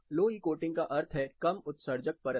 लो E coating का अर्थ है कम उत्सर्जक परत